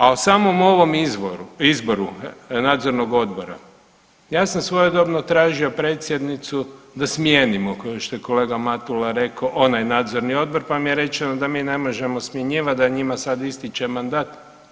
A o samom ovom izvoru, izboru nadzornog odbora ja sam svojedobno tražio predsjednicu da smijenimo kao što je kolega Matula rekao onaj nadzorni odbor pa mi je rečeno da mi ne možemo smjenjivat, da njima sad ističe mandat.